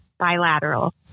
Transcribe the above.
bilateral